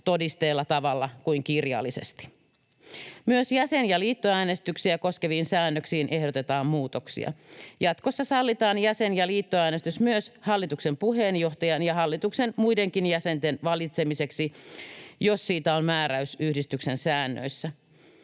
todisteellisella tavalla kuin kirjallisesti. Myös jäsen- ja liittoäänestyksiä koskeviin säännöksiin ehdotetaan muutoksia. Jatkossa sallitaan jäsen- ja liittoäänestys myös hallituksen puheenjohtajan ja hallituksen muidenkin jäsenten valitsemiseksi, jos siitä on määräys yhdistyksen säännöissä.